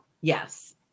Yes